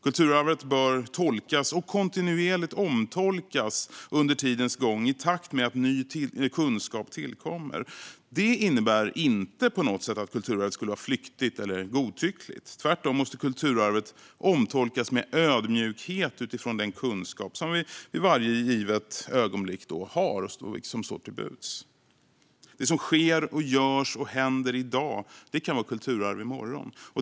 Kulturarvet bör tolkas och kontinuerligt omtolkas under tidens gång i takt med att ny kunskap tillkommer. Det innebär inte på något sätt att kulturarvet är flyktigt eller godtyckligt. Tvärtom måste kulturarvet omtolkas med ödmjukhet utifrån den kunskap som vid varje givet ögonblick står till buds. Det som sker, görs och händer i dag kan vara kulturarv i morgon.